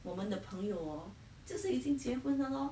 我们的朋友 orh 就是已经结婚的 lor